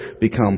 become